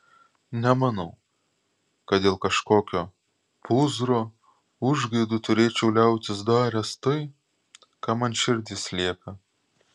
nemanau kad dėl kažkokio pūzro užgaidų turėčiau liautis daręs tai ką man širdis liepia